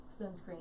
sunscreen